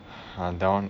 I don't